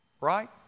right